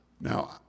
Now